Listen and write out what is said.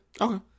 Okay